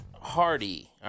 Hardy